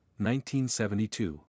1972